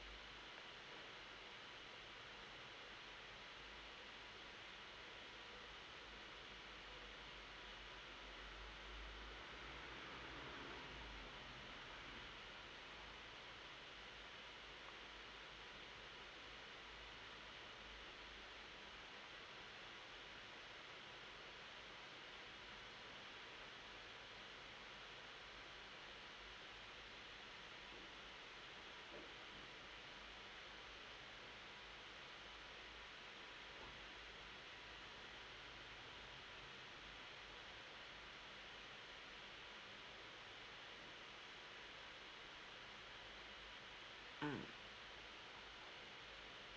mm